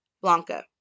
Blanca